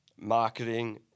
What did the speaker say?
marketing